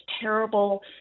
terrible